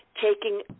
taking